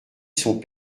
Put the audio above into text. sont